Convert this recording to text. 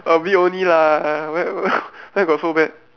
a bit only lah whe~ where got so bad